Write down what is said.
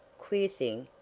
queer thing,